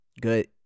good